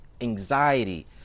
anxiety